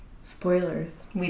Spoilers